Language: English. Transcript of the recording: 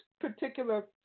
particular